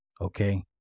Okay